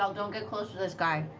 um don't get close to this guy,